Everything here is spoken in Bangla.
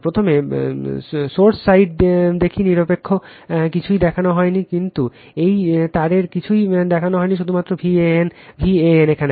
প্রথমে সোর্স সাইড দেখি নিরপেক্ষ কিছুই দেখানো হয়নি কিন্তু এই তারের কিছুই দেখানো হয়নি শুধুমাত্র Van এখানে